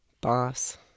boss